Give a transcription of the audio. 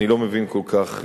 אני לא מבין כל כך,